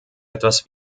etwas